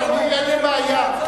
אני אין לי בעיה.